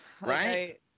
Right